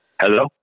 Hello